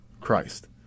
Christ